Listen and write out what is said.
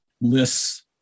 lists